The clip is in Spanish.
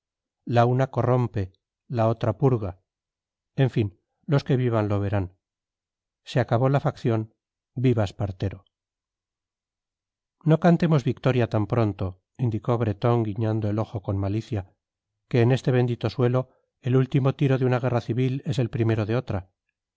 la una corrompe la otra purga en fin los que vivan lo verán se acabó la facción viva espartero no cantemos victoria tan pronto indicó bretón guiñando el ojo con malicia que en este bendito suelo el último tiro de una guerra civil es el primero de otra